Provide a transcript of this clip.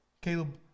Caleb